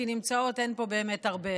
כי "נמצאות" אין פה באמת הרבה